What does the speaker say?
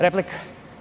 Replika.